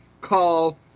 call